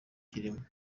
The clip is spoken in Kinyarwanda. kirimo